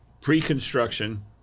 pre-construction